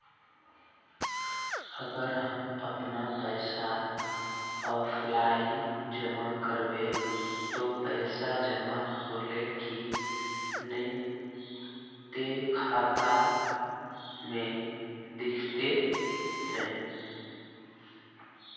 अगर हम अपन पैसा ऑफलाइन जमा करबे ते पैसा जमा होले की नय इ ते खाता में दिखते ने?